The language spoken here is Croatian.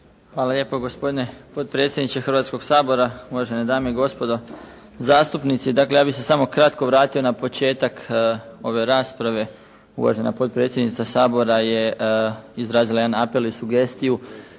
Hvala lijepo gospodine potpredsjedniče Hrvatskog sabora, uvažene dame i gospodo zastupnici. Dakle, ja bih se samo kratko vratio na početak ove rasprave. Uvažena potpredsjednica Sabora je izrazila jedan apel i sugestiju